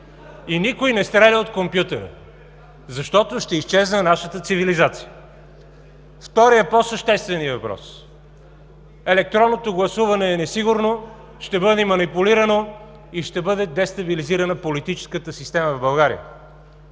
и никой не стреля от компютъра, защото ще изчезне нашата цивилизация. Вторият, по-същественият въпрос, електронното гласуване е несигурно, ще бъде манипулирано и ще бъде дестабилизирана политическата система в България.